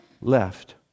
left